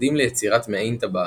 נצמדים ליצירת מעין טבעת.